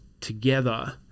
together